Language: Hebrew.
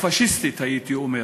הפאשיסטית, הייתי אומר,